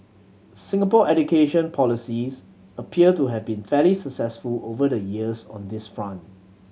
Singapore education policies appear to have been fairly successful over the years on this front